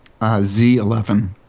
Z11